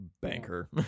banker